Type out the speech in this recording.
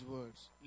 words